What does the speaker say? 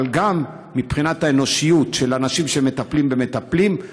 אבל גם מבחינת האנושיות אל האנשים שמטפלים במטפלים,